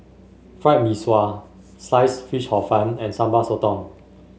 Fried Mee Sua Sliced Fish Hor Fun and Sambal Sotong